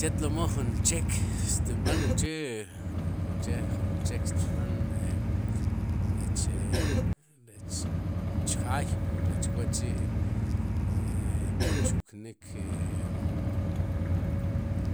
Chetlomoo jun chek xtinb'an uche junuche jun chek xtin b'an rech rechchjaay mu rech wa'chi' kin chuknik e